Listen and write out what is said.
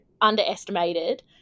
underestimated